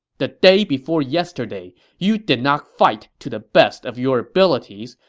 the day before yesterday, you did not fight to the best of your abilities.